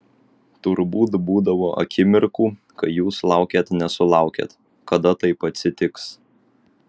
turbūt būdavo akimirkų kai jūs laukėt nesulaukėt kada taip atsitiks